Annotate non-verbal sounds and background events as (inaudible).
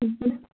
(unintelligible)